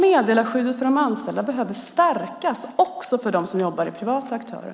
Meddelarskyddet för de anställda behöver stärkas också för dem som jobbar hos privata aktörer.